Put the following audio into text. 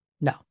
No